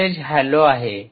message hello आहे